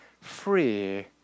free